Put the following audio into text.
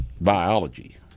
biology